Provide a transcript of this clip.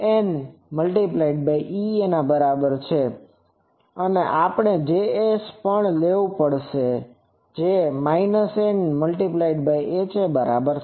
Ms એ n× Ea ના બરાબર છે અને આપણે Js પણ લેવુ પડશે જે n×Haના બરાબર છે